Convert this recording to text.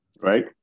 Right